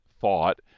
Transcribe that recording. thought